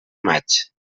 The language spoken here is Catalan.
maig